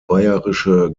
bayerische